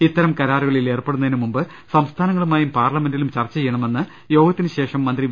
ഇത്തരം കരാറുകളിൽ ഏർപ്പെടുന്നതിന് മുമ്പ് സംസ്ഥാനങ്ങളുമായും പാർലമെന്റിലും ചർച്ച ചെയ്യ ണമെന്ന് യോഗത്തിനുശേഷം മന്ത്രി വി